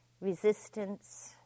resistance